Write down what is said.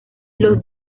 los